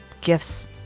gifts